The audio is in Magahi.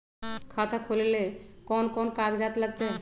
खाता खोले ले कौन कौन कागज लगतै?